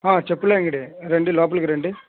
చెప్పుల అంగడి రండి లోపలికి రండి